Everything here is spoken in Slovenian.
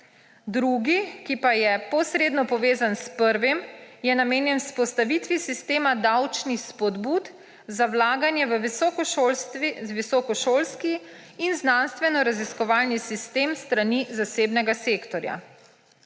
Drugi, ki pa je posredno povezan s prvim, je namenjen vzpostavitvi sistema davčnih spodbud za vlaganje v visokošolski in znanstvenoraziskovalni sistem s strani zasebnega sektorja.